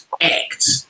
act